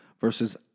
versus